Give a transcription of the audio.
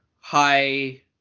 high